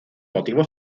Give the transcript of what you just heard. motivo